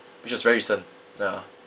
which was very recent ya